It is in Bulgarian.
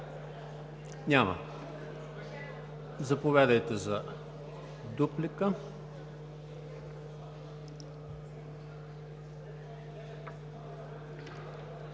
Няма. Заповядайте за дуплика.